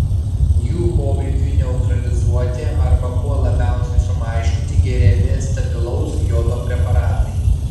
jų poveikiui neutralizuoti arba kuo labiausiai sumažinti geriami stabilaus jodo preparatai